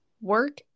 work